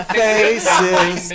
faces